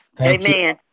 Amen